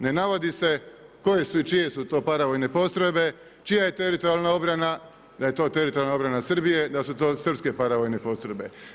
Ne navodi se koje su i čije su to paravojne postrojbe, čija je teritorijalna obrana, da je to teritorijalna obrana Srbije, da su to srpske paravojne postrojbe.